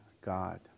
God